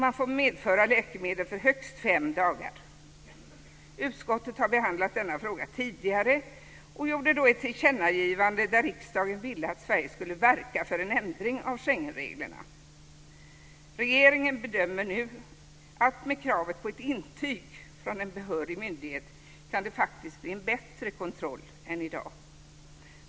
Man får medföra läkemedel för högst fem dagar. Utskottet har tidigare behandlat denna fråga och begärde då ett tillkännagivande från riksdagen till regeringen om att Sverige skulle verka för en ändring av Schengenreglerna. Regeringen bedömer nu att det med kravet på ett intyg från en behörig myndighet faktiskt kan bli en bättre kontroll än i dag.